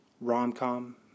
rom-com